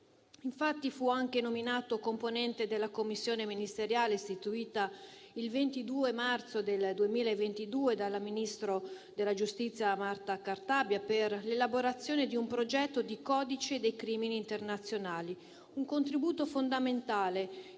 Infatti, fu anche nominato componente della Commissione ministeriale istituita il 22 marzo del 2022 dal ministro della giustizia Marta Cartabia per l'elaborazione di un progetto di codice dei crimini internazionali: un contributo fondamentale